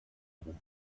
ruhm